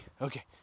Okay